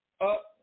up